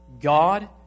God